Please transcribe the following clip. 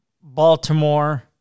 Baltimore